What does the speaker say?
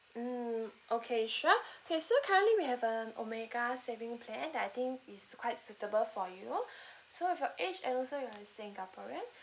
mm okay sure okay so currently we have a omega saving plan that I think is quite suitable for you so if your age and also you are singaporean